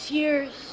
years